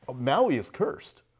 maui is cursed.